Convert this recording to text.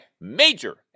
major